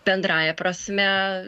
bendrąja prasme